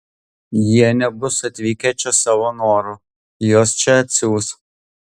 jie nebus atvykę čia savo noru juos čia atsiųs